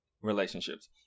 relationships